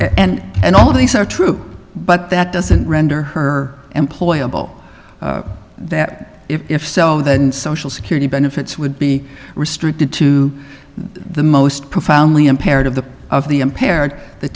and and all of these are true but that doesn't render her employable that if so then social security benefits would be restricted to the most profoundly impaired of the of the impaired the